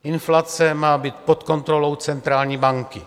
Inflace má být pod kontrolou centrální banky.